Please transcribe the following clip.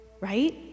Right